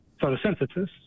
photosynthesis